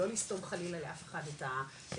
לא לסתום חלילה לאף אחד את הפה,